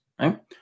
right